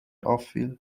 auffiel